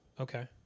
Okay